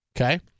Okay